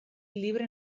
libre